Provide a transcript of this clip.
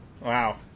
Wow